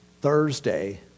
Thursday